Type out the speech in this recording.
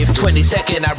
22nd